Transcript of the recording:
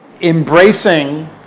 embracing